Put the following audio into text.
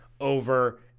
over